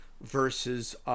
versus –